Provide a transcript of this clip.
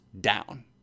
down